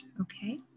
okay